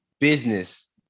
business